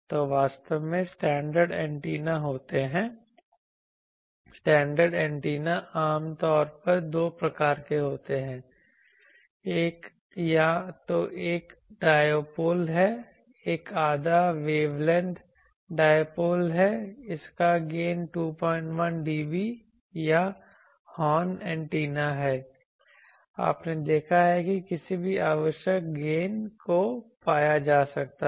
तो वास्तव में स्टैंडर्ड एंटेना होते हैं स्टैंडर्ड एंटेना आम तौर पर दो प्रकार के होते हैं एक या तो एक डायपोल है एक आधा वेवलेंथ डायपोल है इसका गेन 21 dB या हॉर्न एंटीना है आपने देखा है कि किसी भी आवश्यक गेन को पाया जा सकता है